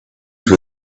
were